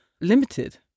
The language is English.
limited